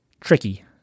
tricky